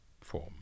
form